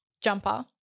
jumper